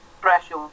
pressure